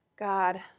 God